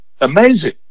amazing